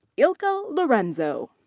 ilka lorenzo.